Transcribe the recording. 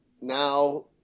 now